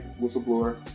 whistleblower